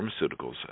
pharmaceuticals